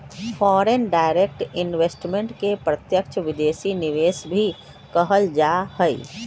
foreign direct investment के प्रत्यक्ष विदेशी निवेश भी कहल जा हई